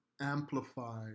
amplify